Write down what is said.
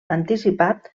anticipat